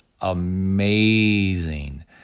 amazing